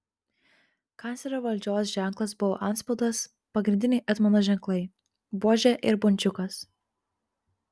kanclerio valdžios ženklas buvo antspaudas pagrindiniai etmono ženklai buožė ir bunčiukas